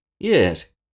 Yes